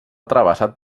travessat